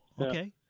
Okay